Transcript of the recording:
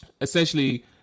essentially